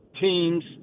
teams